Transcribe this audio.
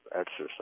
exercise